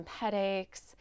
headaches